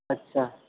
اچھا